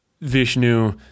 Vishnu